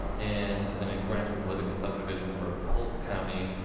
and and a grant of political subdivision for colt county